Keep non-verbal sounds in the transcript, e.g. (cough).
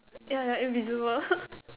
ya the invisible (laughs)